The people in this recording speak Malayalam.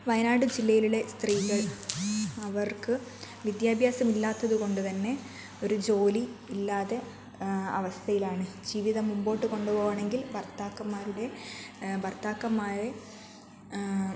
വയനാട് ജില്ലയിലുള്ള സ്ത്രീകൾ അവർക്ക് വിദ്യാഭ്യാസമില്ലാത്തതു കൊണ്ടുതന്നെ ഒരു ജോലി ഇല്ലാതെ അവസ്ഥയിലാണ് ജീവിതം മുമ്പോട്ട് കൊണ്ടുപോവണതെങ്കിൽ ഭർത്താക്കന്മാരുടെ ഭർത്താക്കന്മാരെ